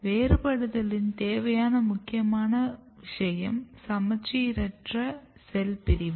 வேறுபடுத்தலின் தேவையான முக்கியமான விஷயம் சமச்சீரற்ற செல் பிரிவு